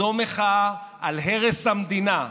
זו מחאה על הרס המדינה,